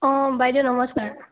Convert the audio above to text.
অঁ বাইদেউ নমস্কাৰ